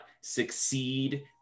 succeed